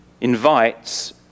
invites